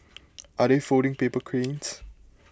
are they folding paper cranes